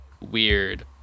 weird